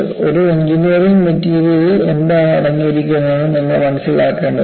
ഒരു എഞ്ചിനീയറിംഗ് മെറ്റീരിയലിൽ എന്താണ് അടങ്ങിയിരിക്കുന്നതെന്ന് നിങ്ങൾ മനസിലാക്കേണ്ടതുണ്ട്